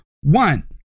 one